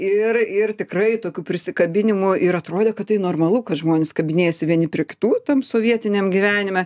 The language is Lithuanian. ir ir tikrai tokių prisikabinimų ir atrodė kad tai normalu kad žmonės kabinėjasi vieni prie kitų tam sovietiniam gyvenime